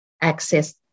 access